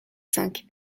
cinq